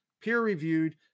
Peer-reviewed